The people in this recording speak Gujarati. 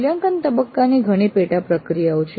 મૂલ્યાંકન તબક્કાની ઘણી પેટા પ્રક્રિયાઓ છે